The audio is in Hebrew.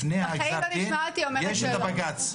לפני גזר הדין יש את הבג"צ.